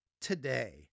today